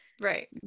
Right